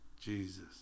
Jesus